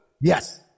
Yes